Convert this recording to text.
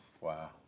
Wow